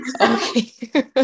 Okay